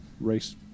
race